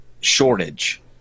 shortage